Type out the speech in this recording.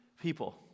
people